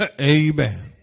Amen